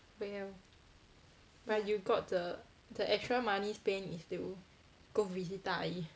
well but you got the the extra money spent is to go visit 大姨